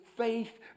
Faith